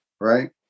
right